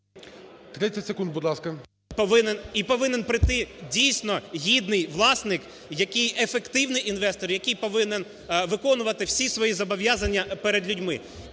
30 секунд, будь ласка. РЯБЧИН О.М. І повинен прийти дійсно гідний власник, який… ефективний інвестор, який повинен виконувати всі свої зобов'язання перед людьми.